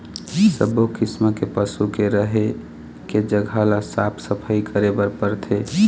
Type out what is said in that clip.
सब्बो किसम के पशु के रहें के जघा ल साफ सफई करे बर परथे